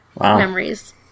memories